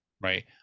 Right